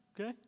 okay